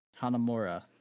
Hanamura